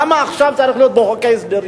למה הוא עכשיו צריך להיות בחוק ההסדרים?